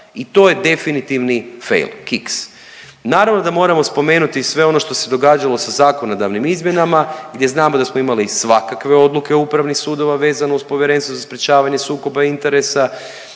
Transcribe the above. I to je definitivni fail, kiks. Naravno da moramo spomenuti i sve ono što se događalo sa zakonodavnim izmjenama gdje znamo da smo imali svakakve odluke upravnih sudova vezano uz Povjerenstvo za sprječavanje sukoba interesa,